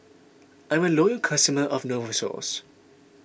I'm a loyal customer of Novosource